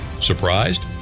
Surprised